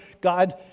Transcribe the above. God